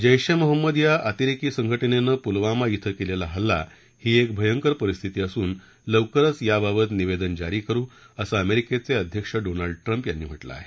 जैश ए मोहम्मद या अतिरेकी संघटनेनं पुलवामा धिं केलेला हल्ला ही एक भयंकर परिस्थिती असून लवकरच याबाबत निवेदन जारी करु असं अमेरिकेचे राष्ट्राध्यक्ष डोनाल्ड ट्रम्प यांनी म्हटलं आहे